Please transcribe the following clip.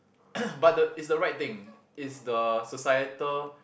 but the it's the right thing it's the societal